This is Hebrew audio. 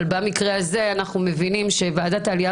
אבל במקרה הזה אנחנו מבינים שוועדת העלייה